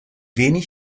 wenig